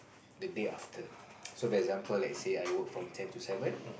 the day after so for example let's say I work from ten to seven